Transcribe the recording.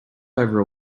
over